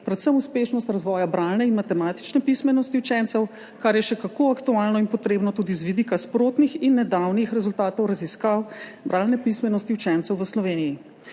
predvsem uspešnost razvoja bralne in matematične pismenosti učencev, kar je še kako aktualno in potrebno tudi z vidika sprotnih in nedavnih rezultatov raziskav bralne pismenosti učencev v Sloveniji.